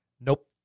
Nope